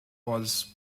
was